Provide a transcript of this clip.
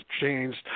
changed